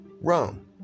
Rome